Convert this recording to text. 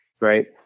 Right